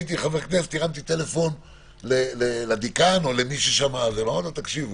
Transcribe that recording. הייתי חבר כנסת והתקשרתי לדיקאן ואמרתי: תבדקו